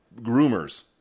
groomers